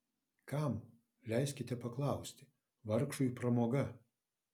kam leiskite paklausti vargšui pramoga